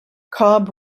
cobb